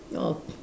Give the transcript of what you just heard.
your